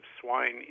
swine